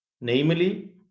namely